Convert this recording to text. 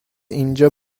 اینجا